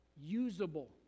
usable